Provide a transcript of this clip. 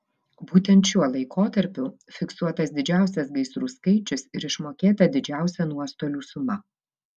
būtent šiuo laikotarpiu fiksuotas didžiausias gaisrų skaičius ir išmokėta didžiausia nuostolių suma